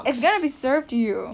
it's gonna be served to you